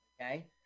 okay